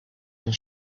and